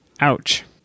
Ouch